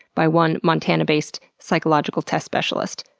by one montana-based psychological test specialist.